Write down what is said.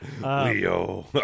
Leo